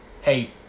hey